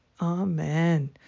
Amen